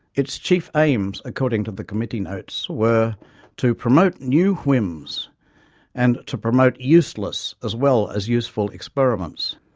its chief aims according to the committee notes were to promote new whims and to promote useless as well as useful experiments.